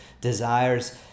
Desires